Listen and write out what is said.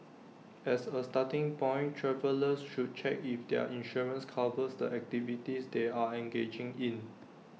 as A starting point travellers should check if their insurance covers the activities they are engaging in